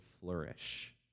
flourish